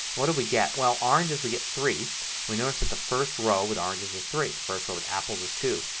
what do we get? well, oranges we get three and we notice that the first row with oranges is three. the first row of apples is two.